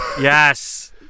yes